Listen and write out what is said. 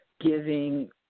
giving